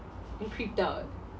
and creeped out